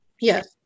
Yes